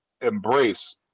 embrace